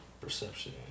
Perception